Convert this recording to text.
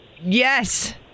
Yes